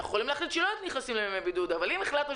אנחנו יכולים להחליט שלא נכנסים לימי בידוד אבל אם החלטנו